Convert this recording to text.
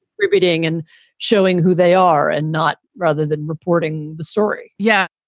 rebooting and showing who they are and not rather than reporting the story yeah.